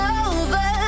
over